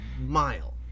mile